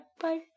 bye